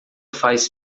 faz